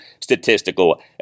statistical